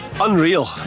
Unreal